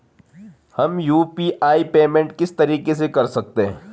हम UPI payment किस तरीके से कर सकते हैं?